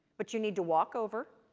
but you need to walk over,